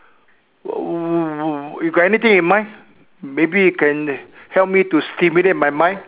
wh~ you got anything in mind maybe you can help me to stimulate my mind